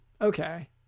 Okay